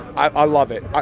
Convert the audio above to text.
i love it. ah